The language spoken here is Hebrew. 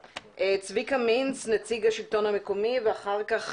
צביקה מינץ, נציג השלטון המקומי, ואחר כך